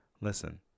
listen